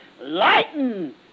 lighten